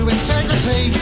integrity